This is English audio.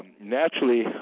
Naturally